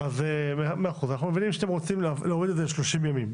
אנחנו מבינים שאתם רוצים להוריד את זה ל-30 ימים,